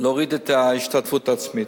להוריד את ההשתתפות העצמית.